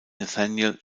nathanael